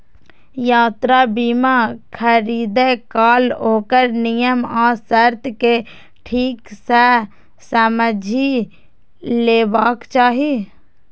यात्रा बीमा खरीदै काल ओकर नियम आ शर्त कें ठीक सं समझि लेबाक चाही